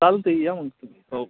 चालतं आहे या मग तुम्ही हो